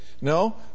No